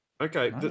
Okay